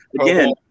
again